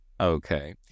okay